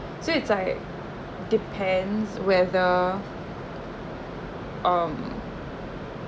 so it's like depends whether um